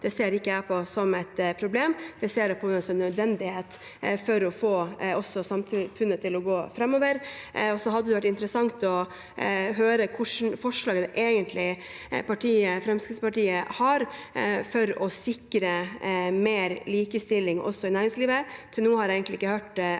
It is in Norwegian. ser ikke jeg på som et problem. Det ser jeg på som en nødvendighet, også for å få samfunnet til å gå framover. Det hadde vært interessant å høre hvilke forslag Fremskrittspartiet egentlig har for å sikre mer likestilling også i næringslivet.